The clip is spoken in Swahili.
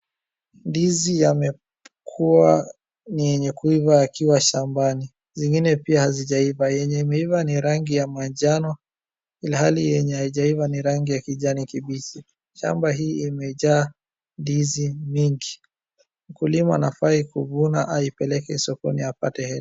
Ndizi yamekua ni yenye kuiva yakiwa shambani. Zingine pia hazijaiva. Yenye imeiva ni rangi ya manjano ilhali yenye haijaiva ni rangi ya kijani kibichi. Shamba hii imejaa ndizi mingi. Mkulima anafai kuvuna aipeleke sokoni apate hela.